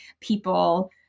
people